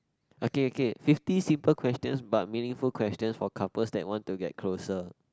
okay okay fifty simple questions but meaningful questions for couples that want to get closer